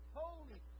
holy